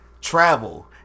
Travel